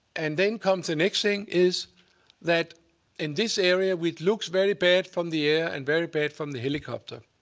and then comes the next thing, is that in this area which looks very bad from the air and very bad from the helicopter,